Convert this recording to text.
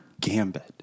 Gambit